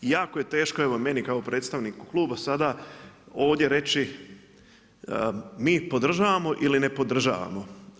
I jako je teško evo meni kao predstavniku kluba sada ovdje reći mi podržavamo ili ne podržavamo.